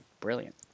brilliant